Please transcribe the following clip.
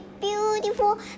beautiful